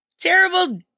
terrible